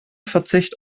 verzicht